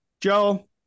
Joe